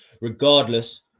regardless